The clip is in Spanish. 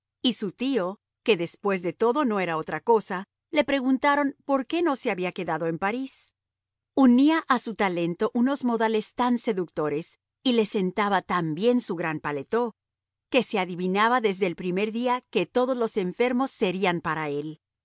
y su tío que después de todo no era otra cosa le preguntaron por qué no se había quedado en parís unía a su talento unos modales tan seductores y le sentaba tan bien su gran paletó que se adivinaba desde el primer día que todos los enfermos serían para él